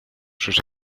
sus